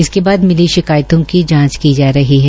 इसके बाद मिली शिकायतों की धांच की धा रही है